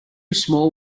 small